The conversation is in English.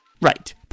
Right